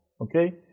okay